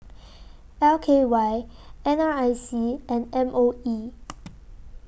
L K Y N R I C and M O E